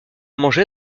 mangé